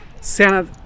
Senate